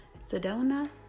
Sedona